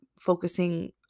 focusing